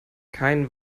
kein